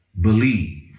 believe